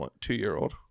two-year-old